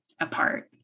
apart